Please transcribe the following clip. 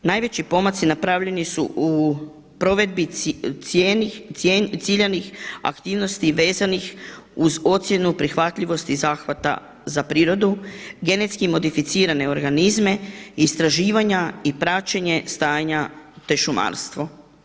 Najveći pomaci napravljeni su u provedbi ciljanih aktivnosti vezanih uz ocjenu prihvatljivosti i zahvata za prirodu, genetski modificirane organizme, istraživanja i praćenje stanja te šumarstvo.